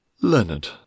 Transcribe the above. Leonard